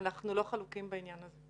אנחנו לא חלוקים בעניין הזה.